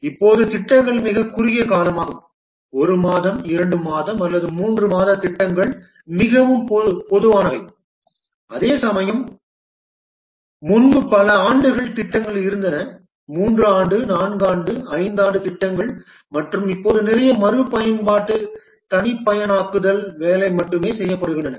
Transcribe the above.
இப்போது திட்டங்கள் மிகக் குறுகிய காலமாகும் 1 மாதம் 2 மாதம் அல்லது 3 மாத திட்டங்கள் மிகவும் பொதுவானவை அதேசமயம் முன்பு பல ஆண்டு திட்டங்கள் இருந்தன 3 ஆண்டு 4 ஆண்டு 5 ஆண்டு திட்டங்கள் மற்றும் இப்போது நிறைய மறுபயன்பாடு தனிப்பயனாக்குதல் வேலை மட்டுமே செய்யப்படுகின்றன